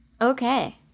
Okay